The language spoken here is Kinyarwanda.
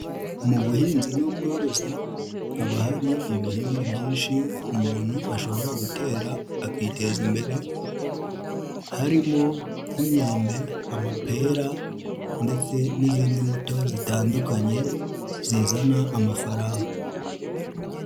Mu buhinzi n'ubworozi haba hari ibihingwa byinshi umuntu ashobora gutera akiteza imbere, harimo nk'inmyembe, amapera ndetse n'izindi mbuto zitandukanye zizana amafaranga.